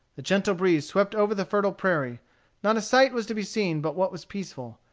the gentle breeze swept over the fertile prairie not a sight was to be seen but what was peaceful,